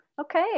Okay